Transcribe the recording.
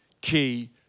key